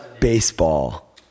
baseball